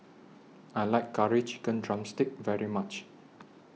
I like Curry Chicken Drumstick very much